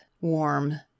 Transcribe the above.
warm